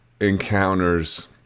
encounters